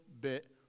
bit